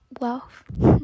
wealth